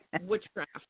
witchcraft